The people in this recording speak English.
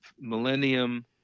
Millennium